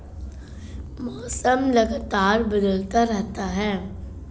मौसम लगातार बदलता रहता है